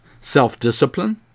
self-discipline